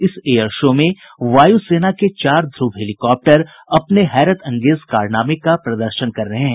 इस air show में वायु सेना के चार ध्रव हेलिकॉप्टर अपने हैरतअंगेज कारनामे का प्रदर्शन कर रहे हैं